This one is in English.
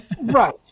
Right